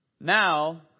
now